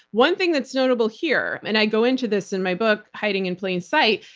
one thing that's notable here, and i go into this in my book, hiding in plain sight,